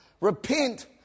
Repent